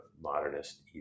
modernist